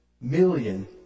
million